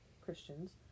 Christians